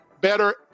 better